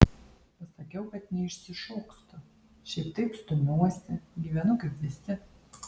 pasakiau kad neišsišokstu šiaip taip stumiuosi gyvenu kaip visi